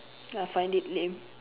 I find it lame